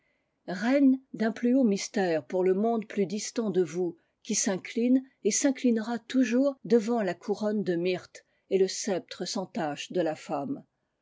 reines d'un plus haut mystère pour le monde plus distant de vous qui s'incline et s'inclinera toujours devant la couronne de myrte et le sceptre sans tache de la femme